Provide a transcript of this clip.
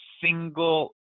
single